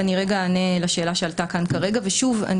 אני אענה לשאלה שעלתה כאן כרגע ושוב,